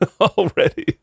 already